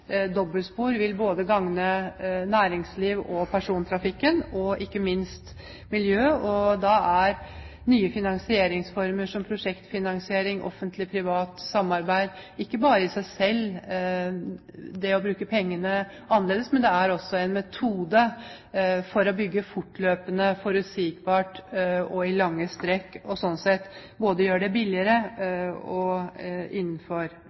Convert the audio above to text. dobbeltspor, vil gagne næringsliv og persontrafikk, og ikke minst miljø, og da er nye finansieringsformer, som prosjektfinansiering og Offentlig Privat Samarbeid – ikke bare i seg selv det å bruke pengene annerledes – også en metode for å bygge fortløpende, forutsigbart og i lange strekk, og sånn sett både gjøre det billigere og innenfor